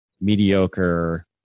mediocre